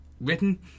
written